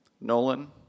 Nolan